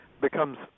becomes